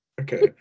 Okay